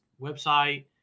website